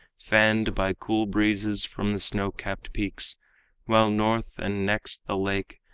fanned by cool breezes from the snow-capped peaks while north, and next the lake,